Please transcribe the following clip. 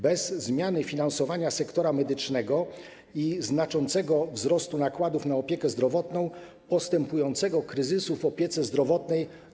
Bez zmiany finansowania sektora medycznego i znaczącego wzrostu nakładów na opiekę zdrowotną nie da się opanować postępującego kryzysu w opiece zdrowotnej.